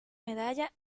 medalla